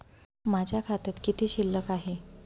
माझ्या खात्यात किती शिल्लक आहे?